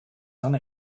done